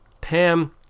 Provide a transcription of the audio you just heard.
Pam